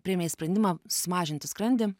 priėmei sprendimą susimažinti skrandį